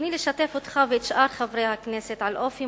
ברצוני לשתף אותך ואת שאר חברי הכנסת באופי